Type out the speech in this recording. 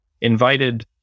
invited